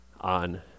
on